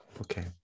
Okay